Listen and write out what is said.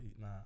Nah